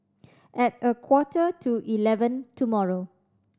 at a quarter to eleven tomorrow